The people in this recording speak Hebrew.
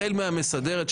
החל מהמסדרת,